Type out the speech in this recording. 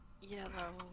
Yellow